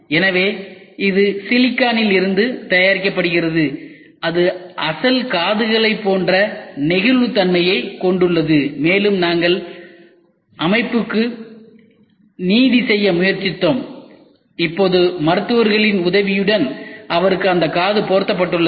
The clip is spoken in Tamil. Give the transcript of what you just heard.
எனவே இது சிலிக்கானில் இருந்து தயாரிக்கப்படுகிறது அது அசல் காதுகளைப் போன்ற நெகிழ்வுத்தன்மையைக் கொண்டுள்ளது மேலும் நாங்கள் அமைப்புக்கு நீதி செய்ய முயற்சித்தோம் இப்போது மருத்துவர்களின் உதவியுடன் அவருக்கு அந்தக் காது பொருத்தப்பட்டது